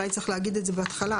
אולי צריך להגיד את זה בהתחלה.